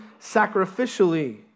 sacrificially